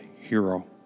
Hero